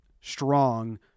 strong